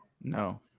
No